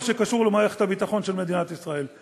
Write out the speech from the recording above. שקשור למערכת הביטחון של מדינת ישראל.